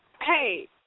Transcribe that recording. Hey